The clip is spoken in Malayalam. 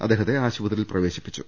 അദ്ദേഹത്തെ ആശുപത്രിയിൽ പ്രവേശിപ്പിച്ചു